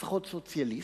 לפחות סוציאליסט,